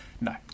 No